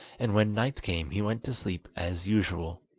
and when night came he went to sleep as usual.